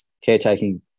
caretaking